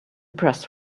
press